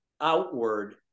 outward